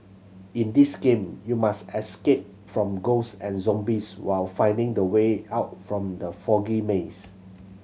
in this game you must escape from ghost and zombies while finding the way out from the foggy maze